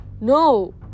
No